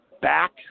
back